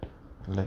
like